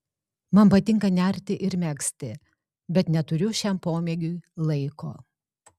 man patinka nerti ir megzti bet neturiu šiam pomėgiui laiko